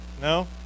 No